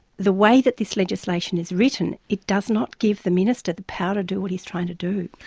the way that this legislation is written, it does not give the minister the power to do what he's trying to do.